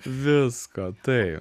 visko taip